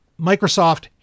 Microsoft